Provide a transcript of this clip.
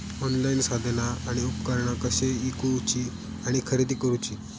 Online साधना आणि उपकरणा कशी ईकूची आणि खरेदी करुची?